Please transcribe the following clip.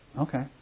okay